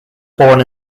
born